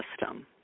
system